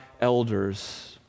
elders